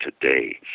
today